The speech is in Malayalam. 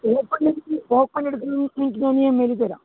ഓപ്പോ നിങ്ങൾക്ക് ഓപ്പോ ആണെടുക്കുന്നതെങ്കിൽ നിങ്ങൾക്ക് ഞാൻ ഇ എം ഐയിൽ തരാം